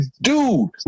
dude